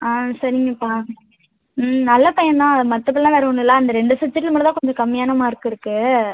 ஆ சரிங்கப்பா ம் நல்ல பையன் தான் மற்றபடிலாம் வேறு ஒன்றும் இல்லை அந்த ரெண்டு சப்ஜெக்ட்டில மட்டும்தான் கொஞ்சம் கம்மியான மார்க்கு இருக்கு